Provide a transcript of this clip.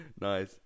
Nice